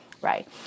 right